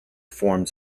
forms